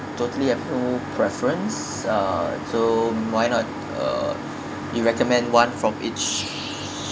totally have no preference uh so why not uh you recommend one from each